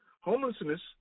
Homelessness